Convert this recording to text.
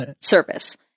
service